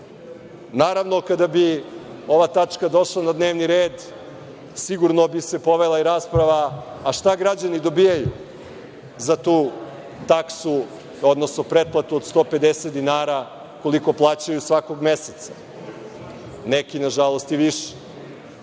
put. Naravno, kada bi ova tačka došla na dnevni red sigurno bi se povela rasprava a šta građani dobijaju za tu taksu, odnosno pretplatu od 150 dinara, koliko plaćaju svakog meseca, neki, nažalost, i više,